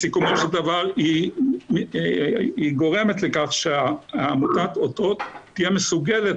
בסיכומו של דבר היא גורמת לכך שעמותות אותות תהיה מסוגלת